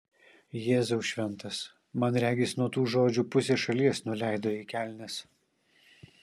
jėzau šventas man regis nuo tų žodžių pusė šalies nuleido į kelnes